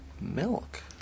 milk